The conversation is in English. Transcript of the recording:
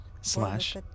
slash